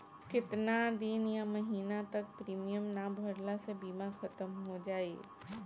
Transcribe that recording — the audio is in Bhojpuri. केतना दिन या महीना तक प्रीमियम ना भरला से बीमा ख़तम हो जायी?